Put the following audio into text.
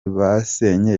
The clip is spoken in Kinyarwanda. basenya